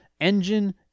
engine